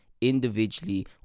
individually